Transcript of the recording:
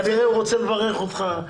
כנראה הוא רוצה לברך אותך.